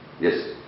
Yes